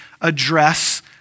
address